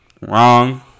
Wrong